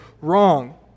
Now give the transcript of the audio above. wrong